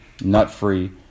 nut-free